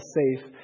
safe